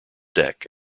deck